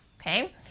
Okay